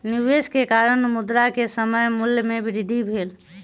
निवेश के कारण, मुद्रा के समय मूल्य में वृद्धि भेल